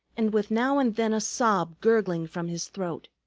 and with now and then a sob gurgling from his throat.